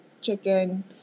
chicken